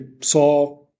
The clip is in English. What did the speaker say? saw